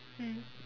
mm